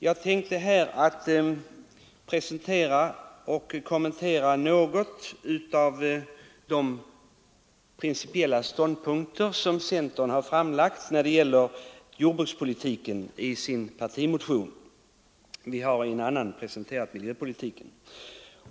Jag har tänkt att här presentera och något kommentera de principiella ståndpunkterna i centerns partimotion om jordbrukspolitiken; vi har en annan motion om miljöpolitiken.